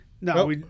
No